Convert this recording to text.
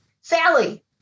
sally